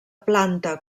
planta